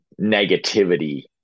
negativity